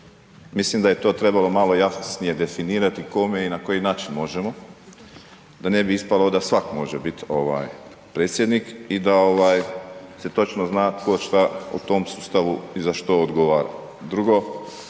mislim da je to trebalo malo jasnije definirat kome i na koji način možemo, da ne bi ispalo da svatko može biti predsjednik i da se točno zna tko šta u tom sustavu i za što odgovara.